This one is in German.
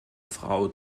frau